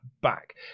back